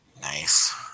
Nice